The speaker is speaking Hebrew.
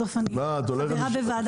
בסוף אני חברה בוועדת כספים.